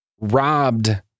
robbed